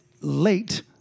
late